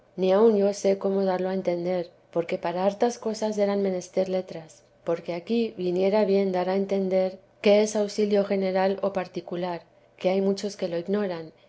ni aun yo sé cómo darlo a entender porque para hartas cosas eran menester letras porque aquí viniera bien dar a entenderqué es auxilio general o particular que hay muchos que lo ignoran